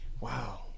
wow